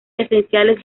esenciales